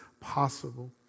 possible